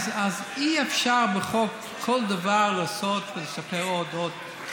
אז אי-אפשר בחוק כל דבר לעשות ולשפר עוד ועוד.